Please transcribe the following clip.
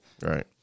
Right